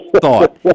thought